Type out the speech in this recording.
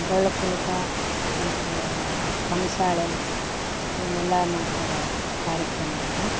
ಡೊಳ್ಳು ಕುಣಿತ ಮತ್ತು ಕಂಸಾಳೆ ಇವ್ನೇಲ್ಲ ಮಾಡ್ತಾರೆ ಕಾರ್ಯಕ್ರಮದಾಗ